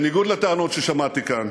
בניגוד לטענות ששמעתי כאן,